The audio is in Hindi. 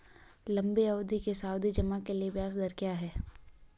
लंबी अवधि के सावधि जमा के लिए ब्याज दर क्या है?